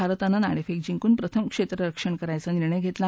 भारतानं नाणेफेक जिंकून प्रथम क्षेत्ररक्षण करायचा निर्णय घेतला